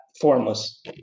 formless